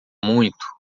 muito